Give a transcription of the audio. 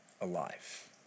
alive